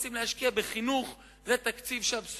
רבע מכלל המשפחות במדינת ישראל היו מתחת לקו העוני,